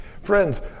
Friends